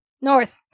North